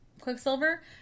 Quicksilver